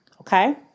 Okay